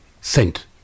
Sent